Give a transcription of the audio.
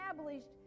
established